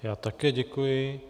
Já také děkuji.